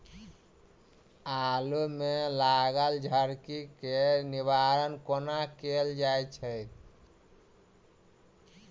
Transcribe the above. आलु मे लागल झरकी केँ निवारण कोना कैल जाय छै?